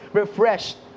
refreshed